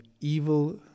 evil